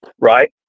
right